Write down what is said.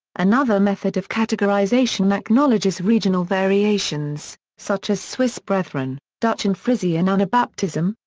another method of categorization acknowledges regional variations, such as swiss brethren, dutch and frisian and anabaptism,